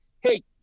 hey